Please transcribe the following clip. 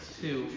Two